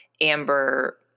Amber